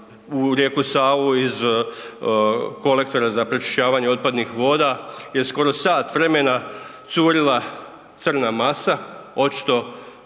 u rijeku Savu iz kolektora za pročišćavanje otpadnih voda je skoro sat vremena curila crna masa,